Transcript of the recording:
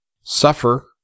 suffer